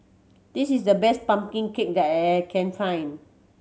this is the best pumpkin cake that I can find